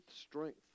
strength